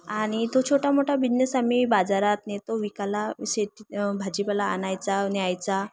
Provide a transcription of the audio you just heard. आणि तो छोटा मोठा बिजनेस आम्ही बाजारात नेतो विकायला शेती भाजीपाला आणायचा न्यायचा